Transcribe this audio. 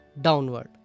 downward